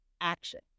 action